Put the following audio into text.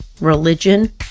religion